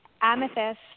Amethyst